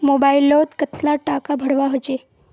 Mobile लोत कतला टाका भरवा होचे?